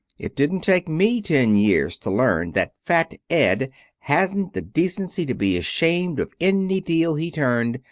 it didn't take me ten years to learn that fat ed hadn't the decency to be ashamed of any deal he turned,